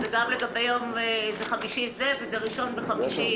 זה גם לגבי יום חמישי זה וזה ראשון וחמישי